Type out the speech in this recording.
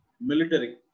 military